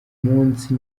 munsi